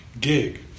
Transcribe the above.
gig